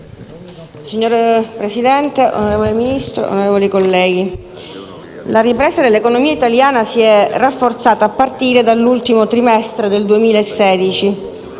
Signor Presidente, onorevole Ministro, onorevoli colleghi, la ripresa dell'economia italiana si è rafforzata a partire dall'ultimo trimestre del 2016,